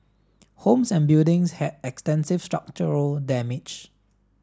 homes and buildings had extensive structural damage